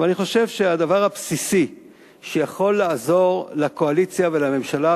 ואני חושב שהדבר הבסיסי שיכול לעזור לקואליציה ולממשלה,